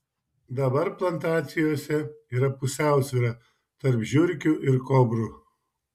dabar plantacijose yra pusiausvyra tarp žiurkių ir kobrų